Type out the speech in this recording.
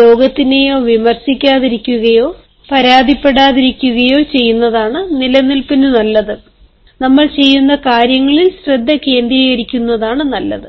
ലോകത്തിനെയോവിമർശിക്കാതിരിക്കുകയോ പരാതിപ്പെടാതിരിക്കുകയോ ചെയ്യുന്നതാണ് നിലനിൽക്കാൻ നല്ലത് നമ്മൾ ചെയ്യുന്ന കാര്യങ്ങളിൽ ശ്രദ്ധ കേന്ദ്രീകരിക്കുന്നതാണ് നല്ലത്